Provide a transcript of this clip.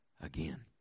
again